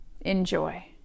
Enjoy